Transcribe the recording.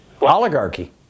oligarchy